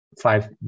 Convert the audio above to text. five